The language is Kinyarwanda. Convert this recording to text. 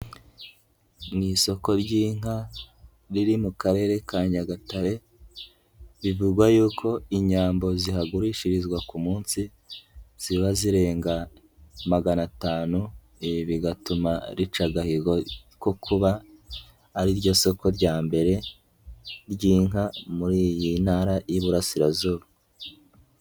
Mu isoko ry'inka riri mu Karere ka Nyagatare bivuga yuko inyambo zihagurishirizwa ku munsi ziba zirenga magana atanu, ibi bigatuma rica agahigo ko kuba ari ryo soko rya mbere ry'inka muri iyi Ntara y'Iburasirazuba.